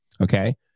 okay